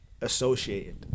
associated